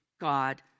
god